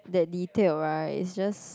that detailed right it's just